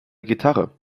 gitarre